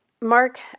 Mark